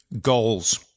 goals